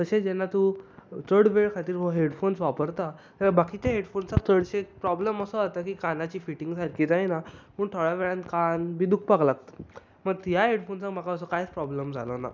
तशें जेन्ना तूं चड वेळ खातीर हो हेडफाॅन वापरता तेन्ना बाकीचे हेडफाॅन्साक चडशे प्रोब्लम असो जाता तरी कानाची फिटीॆग सारकी जायना पूण थोड्या वेळान कान बी दुखपाक लागता मात ह्या हेडफाॅन्साक म्हाका काय एक प्रोब्लम जालो ना